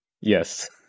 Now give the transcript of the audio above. Yes